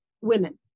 women